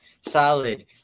Solid